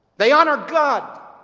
they honored god